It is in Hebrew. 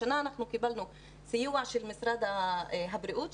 השנה קיבלנו סיוע של משרד הבריאות,